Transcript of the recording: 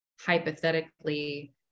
hypothetically